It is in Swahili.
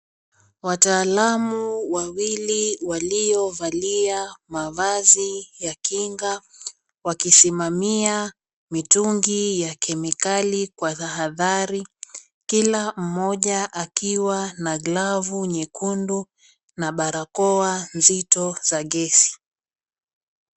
Wataalamu wawili waliovalia mavazi ya kinga wakisimamia mitungi ya kemikali kwa tahadhari kila mmoja akiwa na glovu nyekundu na barakoa nzito za gesi.